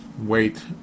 wait